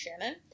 Shannon